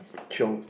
chiong